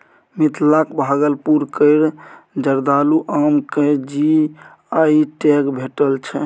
मिथिलाक भागलपुर केर जर्दालु आम केँ जी.आई टैग भेटल छै